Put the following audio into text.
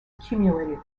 accumulated